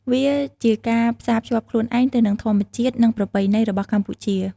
វាជាការផ្សារភ្ជាប់ខ្លួនឯងទៅនឹងធម្មជាតិនិងប្រពៃណីរបស់កម្ពុជា។